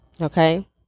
Okay